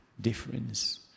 difference